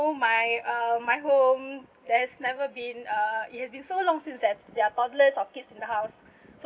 so my uh my home there's never been uh it has been so long since that's there're toddlers or kids in the house so